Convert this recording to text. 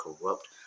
Corrupt